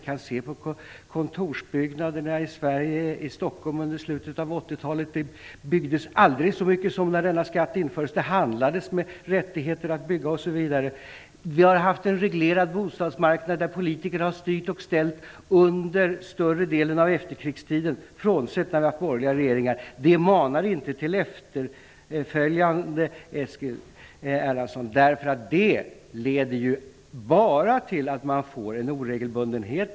Se på de kontorsbyggnader som byggdes runtom i Sverige och i Stockholm under slutet av 80-talet. Det byggdes aldrig så mycket som när denna skatt infördes. Det handlades med rättigheter att bygga osv. Vi har haft en reglerad bostadsmarknad där politiker har styrt och ställt under större delen av efterkrigstiden, frånsett när vi har haft borgerliga regeringar. Det manar inte till efterföljande, Eskil Erlandsson! Det leder bara till en oregelbundenhet.